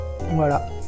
Voilà